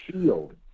shield